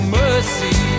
mercy